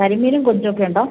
കരിമീനും കൊഞ്ചുമൊക്കെ ഉണ്ടോ